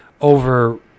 over